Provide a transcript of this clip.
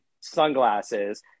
sunglasses